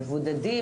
מבודדים,